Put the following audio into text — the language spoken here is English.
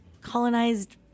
colonized